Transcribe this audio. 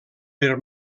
per